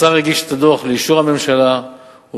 השר יגיש את הדוח לאישור הממשלה ובהמשך